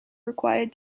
required